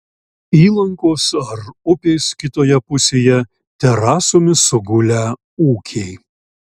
įlankos ar upės kitoje pusėje terasomis sugulę ūkiai